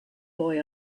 boy